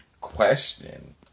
question